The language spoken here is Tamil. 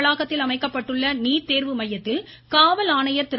வளாகத்தில் அமைக்கப்பட்டுள்ள நீட் தேர்வு மையத்தில் காவல் ஆணையர் திரு